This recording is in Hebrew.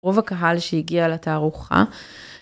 רוב הקהל שהגיע לתערוכה.